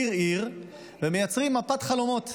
עיר-עיר, ומייצרים מפת חלומות.